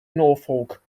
norfolk